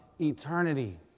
eternity